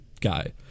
guy